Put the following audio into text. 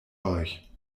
euch